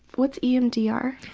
what's emdr?